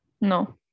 No